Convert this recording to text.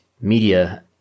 media